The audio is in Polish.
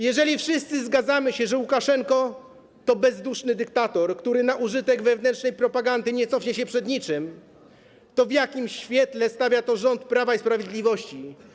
Jeżeli wszyscy zgadzamy się, że Łukaszenka to bezduszny dyktator, który na użytek wewnętrznej propagandy nie cofnie się przed niczym, to w jakim świetle stawia to rząd Prawa i Sprawiedliwości?